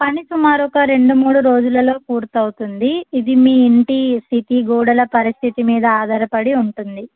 పని సుమారు ఒక రెండు మూడు రోజులలో పూర్తవుతుంది ఇది మీ ఇంటి స్థతి గోడల పరిస్థితి మీద ఆధారపడి ఉంటుంది